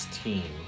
team